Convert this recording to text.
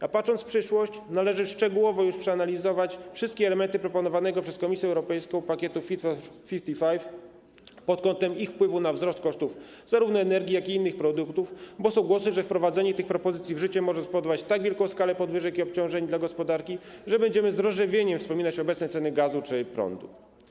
A patrząc w przyszłość, należy szczegółowo już przeanalizować wszystkie elementy proponowanego przez Komisję Europejską pakietu Fit for 55 pod kątem ich wpływu na wzrost kosztów zarówno energii, jak i innych produktów, bo są głosy, że wprowadzenie tych propozycji w życie może spowodować tak wielką skalę podwyżek i obciążeń dla gospodarki, że będziemy z rozrzewnieniem wspominać obecne ceny gazu czy prądu.